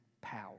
power